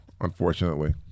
unfortunately